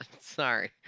sorry